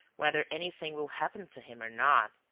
whether anything will happen to him or not.